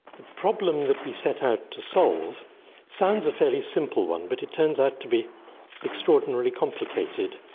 the problem that we set out to solve sounds a fairly simple one, but it turns out to be extraordinarily complicated,